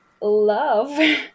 love